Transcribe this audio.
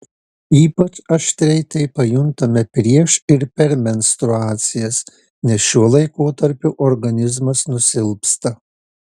ypač aštriai tai pajuntame prieš ir per menstruacijas nes šiuo laikotarpiu organizmas nusilpsta